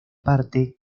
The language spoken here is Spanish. parte